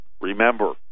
Remember